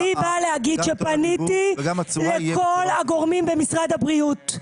--- אני באה להגיד שפניתי לכל הגורמים במשרד הבריאות.